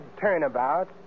turnabout